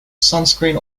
sunscreen